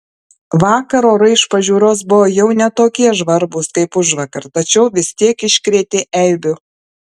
vakar orai iš pažiūros buvo jau ne tokie žvarbūs kaip užvakar tačiau vis tiek iškrėtė eibių